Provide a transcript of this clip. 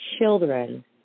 children